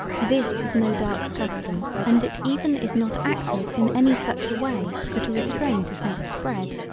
this is no dark custom and it even is not acted in any such a way that a restraint is not spread.